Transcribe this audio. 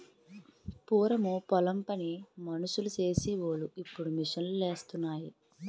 పూరము పొలం పని మనుసులు సేసి వోలు ఇప్పుడు మిషన్ లూసేత్తన్నాయి